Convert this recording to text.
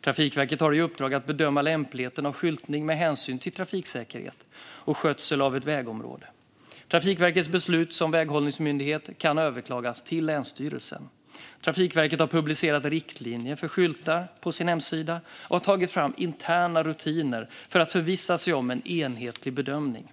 Trafikverket har i uppdrag att bedöma lämpligheten av skyltning med hänsyn till trafiksäkerhet och skötsel av ett vägområde. Trafikverkets beslut som väghållningsmyndighet kan överklagas till länsstyrelsen. Trafikverket har publicerat riktlinjer för skyltar på sin hemsida och har tagit fram interna rutiner för att förvissa sig om en enhetlig bedömning.